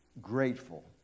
grateful